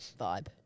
vibe